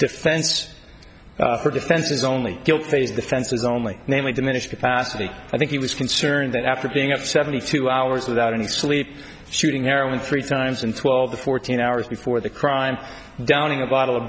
defense her defense is only guilt phase defense is only namely diminished capacity i think he was concerned that after being at seventy two hours without any sleep shooting heroin three times and twelve fourteen hours before the crime downing a bottle of